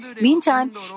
Meantime